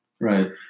Right